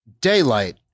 daylight